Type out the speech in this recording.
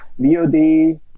VOD